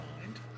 mind